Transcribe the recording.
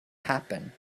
happen